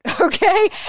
Okay